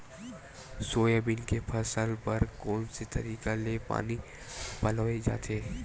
Soybean के फसल बर कोन से तरीका ले पानी पलोय जाथे?